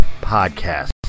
Podcast